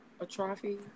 atrophy